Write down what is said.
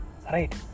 Right